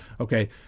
Okay